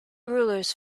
rulers